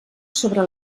sobre